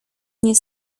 nie